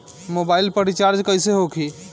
Mobile पर recharge कैसे होखी?